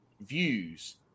views